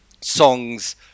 songs